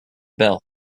bell